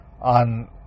on